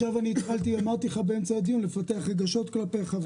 אני עכשיו התחלתי באמצע הדיון לפתח רגשות כלפיך.